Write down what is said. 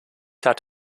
hat